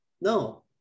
No